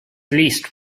least